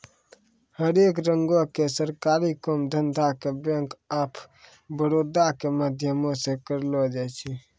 हरेक रंगो के सरकारी काम धंधा के बैंक आफ बड़ौदा के माध्यमो से करलो जाय छै